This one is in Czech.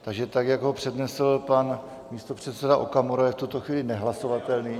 Takže tak, jak ho přednesl pan místopředseda Okamura, je v tuto chvíli nehlasovatelný.